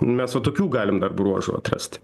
mes va tokių galim dar bruožų atrast